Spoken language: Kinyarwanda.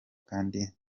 kandi